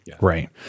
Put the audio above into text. Right